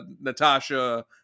Natasha